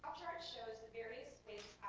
shows the various ways